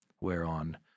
whereon